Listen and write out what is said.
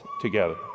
together